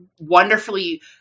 wonderfully